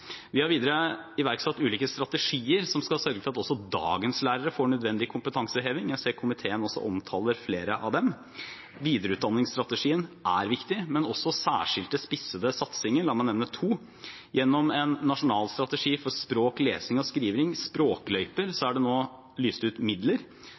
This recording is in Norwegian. Vi har videre iverksatt ulike strategier som skal sørge for at også dagens lærere får nødvendig kompetanseheving. Jeg ser at komiteen også omtaler flere av dem. Videreutdanningsstrategien er viktig, men også særskilte, spissede satsinger. La meg nevne to: Gjennom en nasjonal strategi for språk, lesing og skriving, Språkløyper,